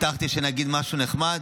הבטחתי שאגיד משהו נחמד,